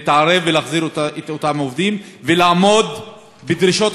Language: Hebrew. להתערב ולהחזיר את אותם עובדים ולעמוד בדרישות